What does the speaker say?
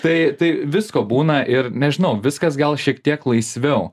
tai tai visko būna ir nežinau viskas gal šiek tiek laisviau